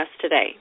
today